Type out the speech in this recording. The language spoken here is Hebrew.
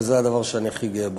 וזה הדבר שאני הכי גאה בו.